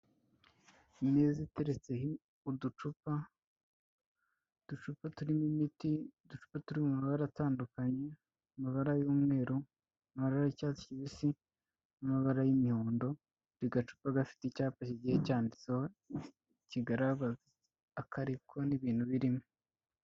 Ameza ateretseho uducupa, uducupa turimo imiti, uducu turi mu mabara atandukanye: amabara y'umweru, amabara y'icyatsi kibisi, n'amabara y'imihondo, buri gacupa gafite icyapa kigiye cyanditseho kigaragaza ako ariko, n'ibintu birimo.